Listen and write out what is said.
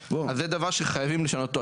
אז זה דבר שחייבים לשנות אותו.